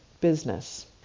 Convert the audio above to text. business